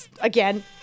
again